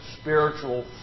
spiritual